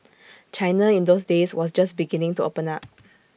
China in those days was just beginning to open up